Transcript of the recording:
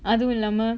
அது இல்லாம:athu illaama